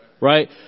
right